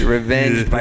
Revenge